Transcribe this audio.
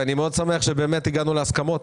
ואני מאוד שמח שבאמת הגענו להסכמות,